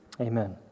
Amen